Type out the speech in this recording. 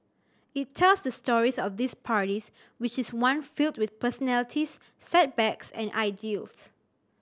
it tells the stories of these parties which is one filled with personalities setbacks and ideals